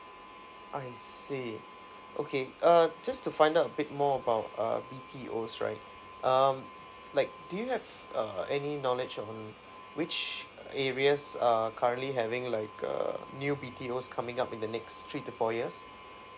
I see okay uh just to find out a bit more of our err B_T_Os right um like do you have uh any knowledge on which areas uh currently having like a new B_T_Os coming up in the next three to four years